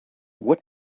what